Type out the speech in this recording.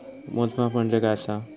मोजमाप म्हणजे काय असा?